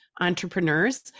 entrepreneurs